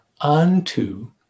unto